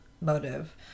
motive